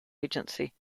agency